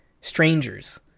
strangers